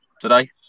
today